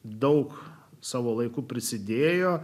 daug savo laiku prisidėjo